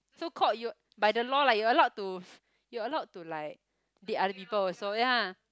so called you by the law like you allowed to you allowed to like date other people also ya